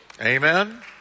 Amen